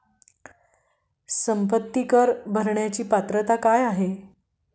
संपत्ती कर भरण्याची पात्रता काय आहे?